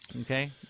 Okay